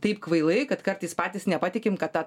taip kvailai kad kartais patys nepatikim kad ta